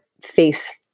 face